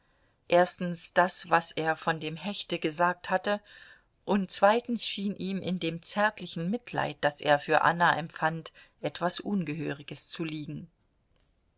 erstens das was er von dem hechte gesagt hatte und zweitens schien ihm in dem zärtlichen mitleid das er für anna empfand etwas ungehöriges zu liegen